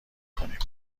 کنیم